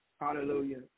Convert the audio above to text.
Hallelujah